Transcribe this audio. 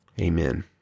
Amen